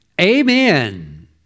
amen